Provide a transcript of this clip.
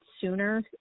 sooner